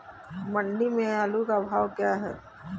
मंडी में आलू का भाव क्या है?